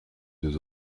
deux